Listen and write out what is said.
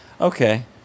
Okay